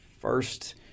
first